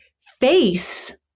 face